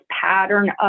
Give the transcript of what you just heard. pattern